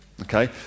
Okay